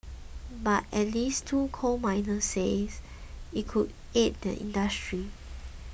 but at least two coal miners say it could aid their industry